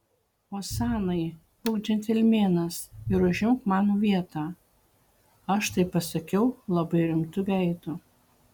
osanai būk džentelmenas ir užimk mano vietą aš tai pasakiau labai rimtu veidu